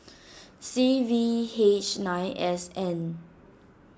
C V H nine S N